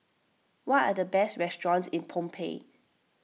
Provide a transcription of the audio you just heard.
what are the best restaurants in Phnom Penh